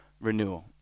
renewal